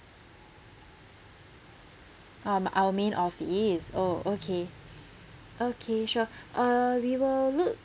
um our main office oh okay okay sure uh we will look